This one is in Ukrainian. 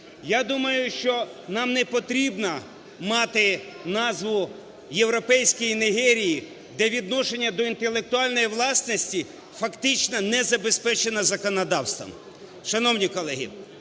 Я думаю, що нам не потрібно мати назву європейської Нігерії, де відношення до інтелектуальної власності фактично не забезпечено законодавством. Шановні колеги,